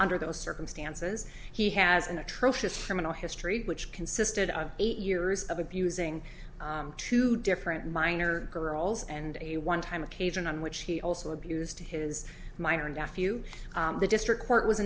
under those circumstances he has an atrocious criminal history which consisted of eight years of abusing two different minor girls and a one time occasion on which he also abused his minor nephew the district court was